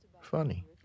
funny